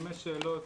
חמש שאלות,